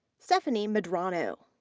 stephanie medrano.